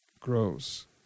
grows